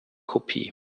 kopie